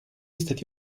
stati